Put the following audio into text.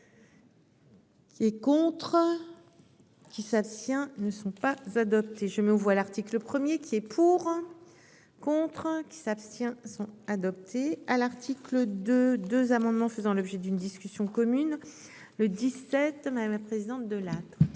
Qui est contre. Qui s'abstient ne sont pas adoptés je mets aux voix l'article 1er qui est pour. Contraint qui s'abstient sont adoptés à l'article de 2 amendements faisant l'objet d'une discussion commune. Le 17 mai, la présidente de la tante.